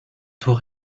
tour